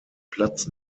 platz